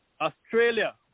Australia